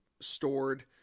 stored